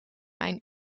mijn